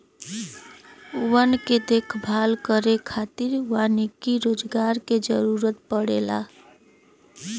वन के देखभाल करे खातिर वानिकी रोजगार के जरुरत पड़ला